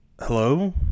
hello